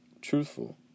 truthful